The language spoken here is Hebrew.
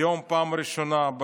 היום, 1 בפברואר,